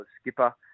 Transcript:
skipper